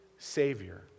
savior